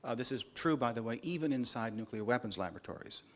ah this is true, by the way, even inside nuclear weapons laboratories.